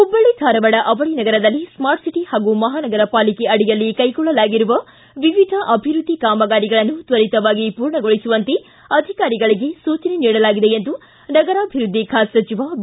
ಹುಬ್ಬಳ್ಳಿ ಧಾರವಾಡ ಅವಳಿ ನಗರದಲ್ಲಿ smart city ಹಾಗೂ ಮಹಾನಗರ ಪಾಲಿಕೆ ಅಡಿಯಲ್ಲಿ ಕೈಗೊಳ್ಳಲಾಗಿರುವ ವಿವಿಧ ಅಭಿವೃದ್ಧಿ ಕಾಮಗಾರಿಗಳನ್ನು ತ್ವರಿತವಾಗಿ ಪೂರ್ಣಗೊಳಿಸುವಂತೆ ಅಧಿಕಾರಿಗಳಿಗೆ ಸೂಚನೆ ನೀಡಲಾಗಿದೆ ಎಂದು ನಗರಾಭಿವೃದ್ಧಿ ಖಾತೆ ಸಚಿವ ಬಿ